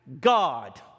God